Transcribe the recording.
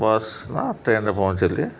bus ନା ଟ୍ରେନ୍ରେ ପହଞ୍ଚିଲି